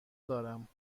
دارم